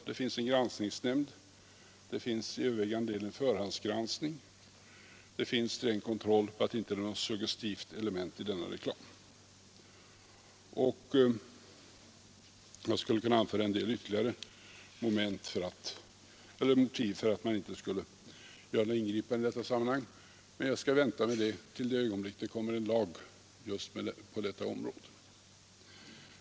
Det finns en granskningsnämnd, och man har till övervägande del en förhandsgranskning. Det finns sträng kontroll på att det inte är något suggestivt element i denna reklam. Jag skulle kunna anföra en del ytterligare motiv för att man inte skall göra något ingripande i detta sammanhang, men jag skall vänta med detta till det ögonblick då det kommer ett lagförslag just på detta område.